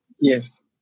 Yes